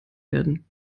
werden